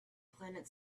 planet